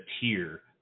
tier